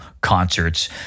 concerts